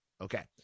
Okay